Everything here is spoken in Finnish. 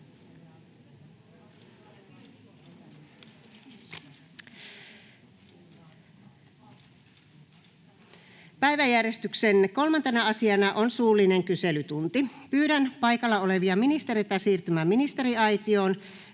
Päiväjärjestyksen 3. asiana on suullinen kyselytunti. Pyydän paikalla olevia ministereitä siirtymään ministeriaitioon.